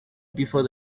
before